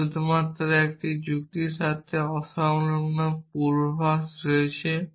এটিতে শুধুমাত্র একটি যুক্তির সাথে অসংলগ্ন পূর্বাভাস রয়েছে